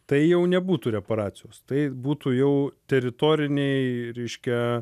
tai jau nebūtų reparacijos tai būtų jau teritoriniai reiškia